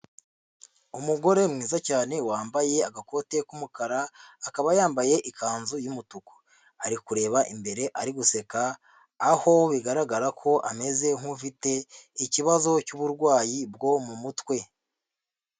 Umugore mwiza cyane wambaye agakote k'umukara, akaba yambaye ikanzu y'umutuku. Ari kureba imbere, ari guseka, aho bigaragara ko ameze nk'ufite ikibazo cy'uburwayi bwo mu mutwe.